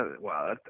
Wow